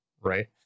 right